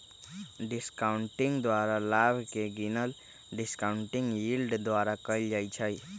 discounting द्वारा लाभ के गिनल डिस्काउंटिंग यील्ड द्वारा कएल जाइ छइ